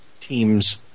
teams